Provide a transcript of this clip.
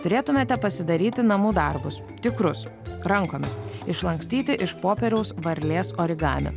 turėtumėte pasidaryti namų darbus tikrus rankomis išlankstyti iš popieriaus varlės origami